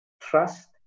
trust